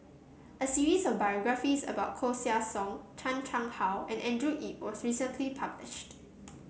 a series of biographies about Koeh Sia Yong Chan Chang How and Andrew Yip was recently published